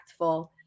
impactful